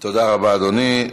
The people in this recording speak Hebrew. תודה רבה, אדוני.